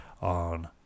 on